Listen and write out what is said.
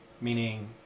meaning